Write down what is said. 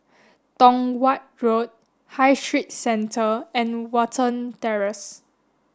Tong Watt Road High Street Centre and Watten Terrace